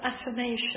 affirmation